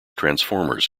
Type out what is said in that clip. transformers